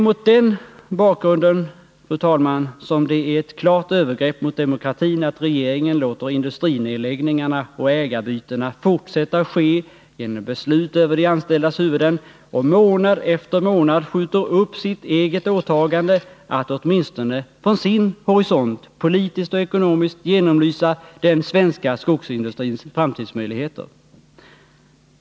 Mot den bakgrunden, fru talman, är det ett klart övergrepp mot demokratin att regeringen låter industrinedläggningarna och ägarbytena få fortsätta, genom beslut över de anställdas huvuden, och att man månad efter månad skjuter upp sitt eget åtagande att åtminstone från sin horisont politiskt och ekonomiskt genomlysa den svenska skogsindustrins framtidsmöjligheter.